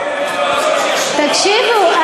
תקשיבו,